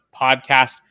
podcast